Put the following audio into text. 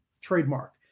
trademark